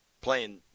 playing